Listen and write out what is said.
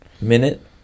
minute